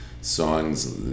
songs